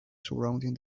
surrounding